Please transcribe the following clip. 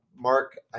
Mark